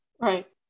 Right